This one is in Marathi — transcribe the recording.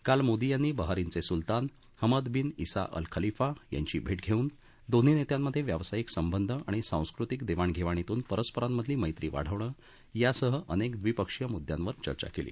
काल मोदी यांनी बहरीनचे सुलतान Hamad bin Isa Al Khalifa यांची भेट घेऊन दोन्ही नेत्यांमध्ये व्यावसायिक संबंध णि सांस्कृतिक देवाणघेवणीतून परस्परांमधली मैत्री वाढवणं यांसह अनेक द्विपक्षीय मुद्यांवर चर्चा केली